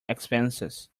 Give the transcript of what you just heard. expenses